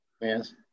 Yes